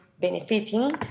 benefiting